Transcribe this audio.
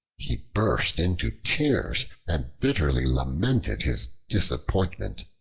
he burst into tears and bitterly lamented his disappointment.